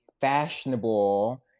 fashionable